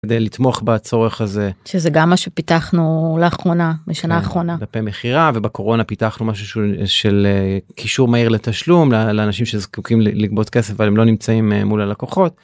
כדי לתמוך בצורך הזה שזה גם מה שפיתחנו לאחרונה בשנה האחרונה במכירה ובקורונה פיתחנו משהו של קישור מהיר לתשלום לאנשים שזקוקים לגבות כסף אבל הם לא נמצאים מול הלקוחות.